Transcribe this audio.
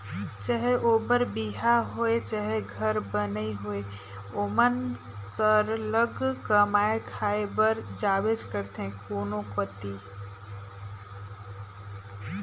चहे ओ बर बिहा होए चहे घर बनई होए ओमन सरलग कमाए खाए बर जाबेच करथे कोनो कती